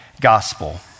gospel